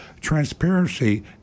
transparency